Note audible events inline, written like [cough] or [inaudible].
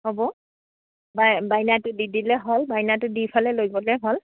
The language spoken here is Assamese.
হ'ব বাইনাটো দি দিলে হ'ল বাইনাটো [unintelligible] লৈ গ'লে হ'ল